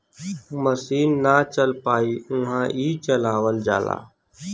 मसीन ना चल पाई उहा ई चलावल जाला